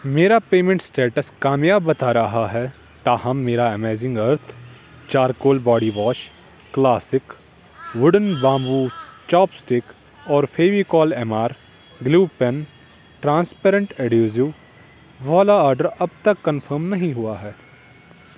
میرا payment status کامیاب بتا رہا ہے تاہم میرا amazing earth charcoal body wash classic wooden bamboo chopstick اور Fevicol M R glue pen transparent adhesive والا آرڈر اب تک کنفرم نہیں ہوا ہے